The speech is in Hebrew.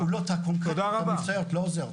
הפעולות הקונקרטיות --- לא עוזר.